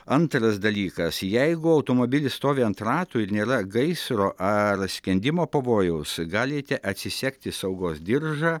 antras dalykas jeigu automobilis stovi ant ratų ir nėra gaisro ar skendimo pavojaus galite atsisegti saugos diržą